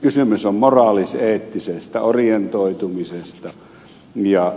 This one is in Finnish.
kysymys on moraalis eettisestä orientoitumisesta